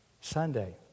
Sunday